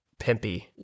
pimpy